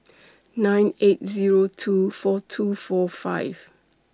nine eight Zero two four two four five